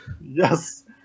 Yes